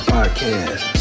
Podcast